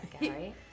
Gary